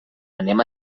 anem